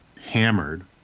hammered